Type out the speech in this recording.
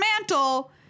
mantle